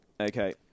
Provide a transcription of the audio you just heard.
Okay